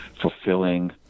fulfilling